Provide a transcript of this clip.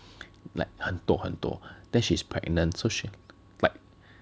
like 很多很多 then she's pregnant so she like